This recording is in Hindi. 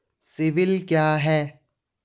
सिबिल क्या है?